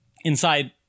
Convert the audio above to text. inside